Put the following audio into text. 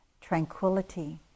tranquility